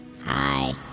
Hi